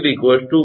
88 1